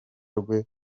rwe